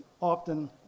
often